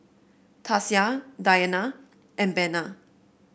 Tasia Dianna and Bena